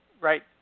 Right